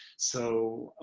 so,